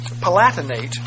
Palatinate